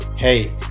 Hey